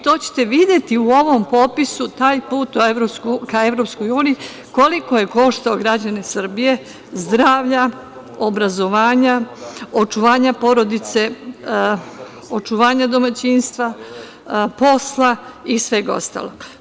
To ćete videti u ovom popisu, taj put ka EU koliko je koštao građane Srbije zdravlja, obrazovanja, očuvanja porodice, očuvanja domaćinstva, posla i svega ostaloga.